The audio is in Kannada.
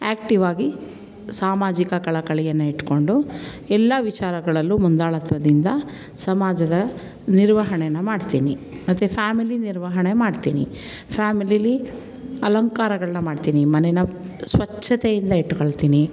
ಆ್ಯಕ್ಟಿವಾಗಿ ಸಾಮಾಜಿಕ ಕಳಕಳಿಯನ್ನು ಇಟ್ಟುಕೊಂಡು ಎಲ್ಲ ವಿಚಾರಗಳಲ್ಲೂ ಮುಂದಾಳತ್ವದಿಂದ ಸಮಾಜದ ನಿರ್ವಹಣೆನ ಮಾಡ್ತೀನಿ ಮತ್ತು ಫ್ಯಾಮಿಲಿ ನಿರ್ವಹಣೆ ಮಾಡ್ತೀನಿ ಫ್ಯಾಮಿಲಿಯಲ್ಲಿ ಅಲಂಕಾರಗಳನ್ನ ಮಾಡ್ತೀನಿ ಮನೆನ ಸ್ವಚ್ಛತೆಯಿಂದ ಇಟ್ಕೊಳ್ತೀನಿ